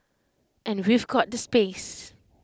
and we've got the space